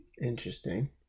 Interesting